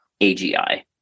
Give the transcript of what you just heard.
AGI